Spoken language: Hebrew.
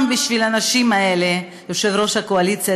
בשביל האנשים האלה יושב-ראש הקואליציה,